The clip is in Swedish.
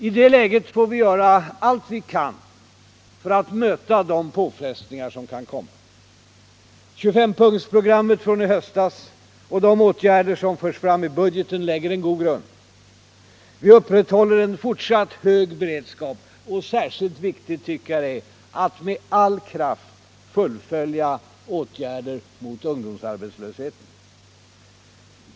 I det läget får vi göra allt vi kan för att möta de påfrestningar som kan komma. 25-punktsprogrammet från i höstas och de åtgärder som förs fram i budgeten lägger en god grund. Vi upprätthåller en fortsatt hög beredskap. Särskilt viktigt tycker jag det är att med all kraft fullfölja åtgärderna mot ungdomsarbetslösheten.